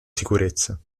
sicurezza